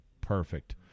perfect